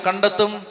kandatum